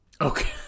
Okay